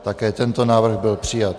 Také tento návrh byl přijat.